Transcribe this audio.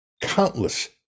countless